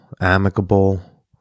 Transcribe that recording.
amicable